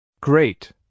Great